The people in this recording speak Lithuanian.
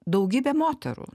daugybė moterų